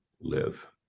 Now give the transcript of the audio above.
live